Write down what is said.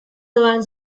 doan